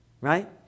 Right